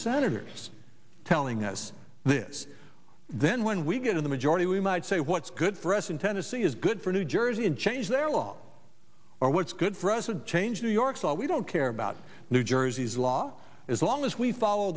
senators telling us this then when we get in the majority we might say what's good for us in tennessee is good for new jersey and change their law or what's good for us would change new york so we don't care about new jersey's law as long as we follow